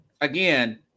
again